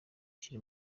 kiri